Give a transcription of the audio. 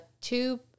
Two